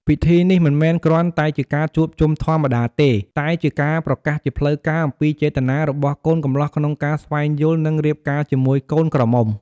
ពិធីនេះមិនមែនគ្រាន់តែជាការជួបជុំធម្មតាទេ តែជា ការប្រកាសជាផ្លូវការ អំពីចេតនារបស់កូនកំលោះក្នុងការ ស្វែងយល់ និង រៀបការ ជាមួយកូនក្រមុំ។